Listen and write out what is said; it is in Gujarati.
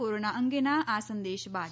કોરોના અંગેના આ સંદેશ બાદ